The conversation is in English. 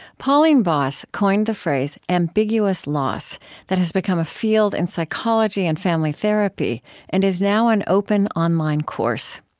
pauline boss coined the phrase ambiguous loss that has become a field in psychology and family therapy and is now an open online course.